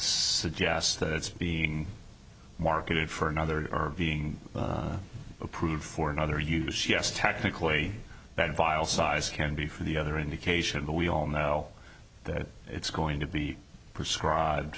suggest that it's being marketed for another or being approved for another use yes technically that file size can be for the other indication but we all know that it's going to be prescribed